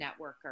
Networker